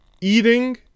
eating